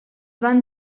van